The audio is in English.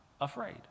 afraid